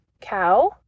cow